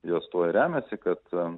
jos tuo ir remiasi kad